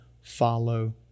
follow